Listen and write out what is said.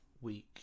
week